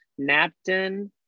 Napton